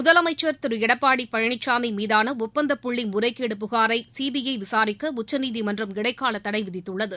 முதலமைச்சர் திரு எடப்பாடி பழனிசாமி மீதான ஒப்பந்தப் புள்ளி முறைகேடு புகாரை சிபிஐ விசாரிக்க உச்சநீதிமன்றம் இடைக்கால தடை விதித்துள்ளது